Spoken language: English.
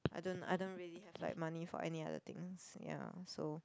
I don't I don't really have like money for any other things ya so